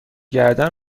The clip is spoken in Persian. گردن